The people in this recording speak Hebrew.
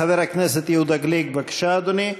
חבר הכנסת יהודה גליק, בבקשה, אדוני.